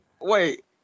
Wait